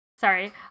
Sorry